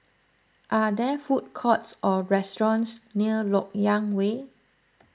are there food courts or restaurants near Lok Yang Way